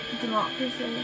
democracy